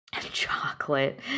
chocolate